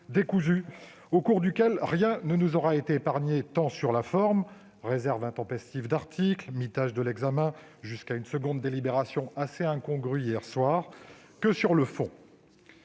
décousu, au cours duquel rien ne nous aura été épargné, tant sur la forme- réserves intempestives d'articles, mitage de l'examen jusqu'à une seconde délibération assez incongrue hier soir -que sur le fond.